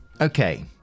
Okay